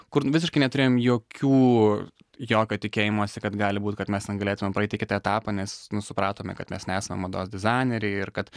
kur visiškai neturėjom jokių jokio tikėjimosi kad gali būt kad mes ten galėtumėm praeit į kitą etapą nes nu supratome kad mes nesam mados dizaineriai ir kad